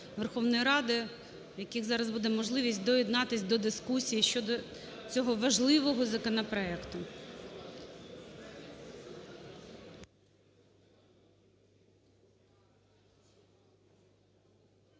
Верховної Ради, у яких зараз буде можливість доєднатися до дискусії щодо цього важливого законопроекту.